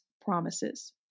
promises